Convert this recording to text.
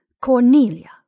Cornelia